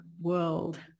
world